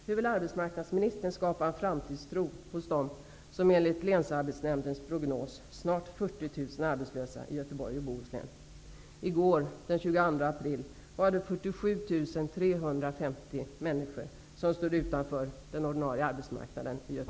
Hur vill arbetsmarknadsministern skapa framtidstro hos de enligt